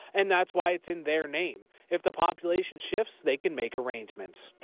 and that's why it's in their name. if the population shifts they can make arrangements.